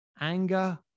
Anger